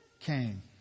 came